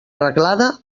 arreglada